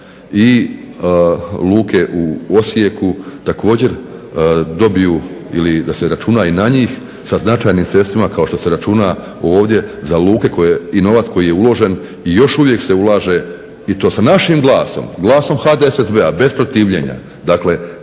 i luke u Osijeku također dobiju ili da se računa i na njih sa značajnim sredstvima kao što se računa ovdje za luke koje, i novac koji je uložen i još uvijek se ulaže i to sa našim glasom, glasom HDSSB-a bez protivljenja,